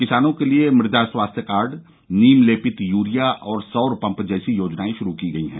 किसानों के लिए मृदा स्वास्थ्य कार्ड नीम लेपित यूरिया और सौर पंप जैसी योजनाएं शुरू की गई हैं